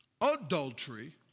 adultery